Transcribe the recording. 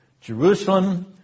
Jerusalem